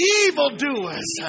evildoers